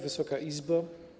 Wysoka Izbo!